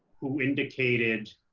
who indicated